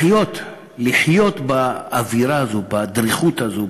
לחיות באווירה הזאת, בדריכות הזאת,